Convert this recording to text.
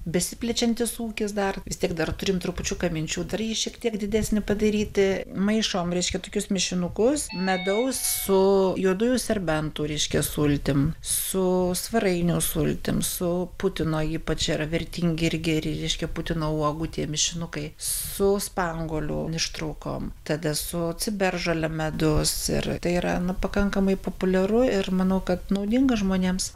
besiplečiantis ūkis dar vis tiek dar turime trupučiuką minčių dar jį šiek tiek didesnį padaryti maišom reiškia tokius mišinukus medaus su juodųjų serbentų reiškia sultim su svarainių sultim su putino ypač yra vertingi ir geri reiškia putino uogų tie mišinukai su spanguolių ištraukom tada su ciberžole medus ir tai yra na pakankamai populiaru ir manau kad naudinga žmonėms